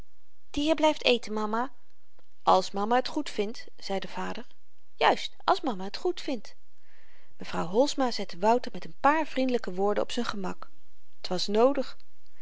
die hier blyft eten mama als mama t goedvindt zei de vader juist als mama t goedvindt mevrouw holsma zette wouter met n paar vriendelyke woorden op z'n gemak t was noodig